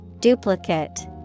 Duplicate